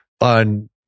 on